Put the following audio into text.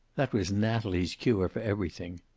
that was natalie's cure for everything.